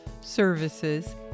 services